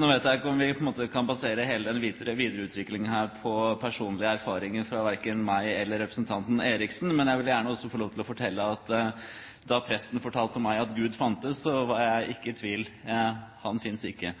Nå vet jeg ikke om vi på en måte kan basere hele videreutviklingen her på personlige erfaringer verken fra meg eller representanten Eriksen. Men jeg vil gjerne også fortelle at da presten fortalte meg at Gud fantes, var ikke jeg i tvil: Han finnes ikke.